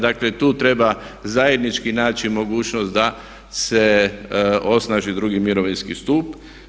Dakle, tu treba zajednički naći mogućnost da se osnaži drugi mirovinski stup.